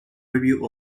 review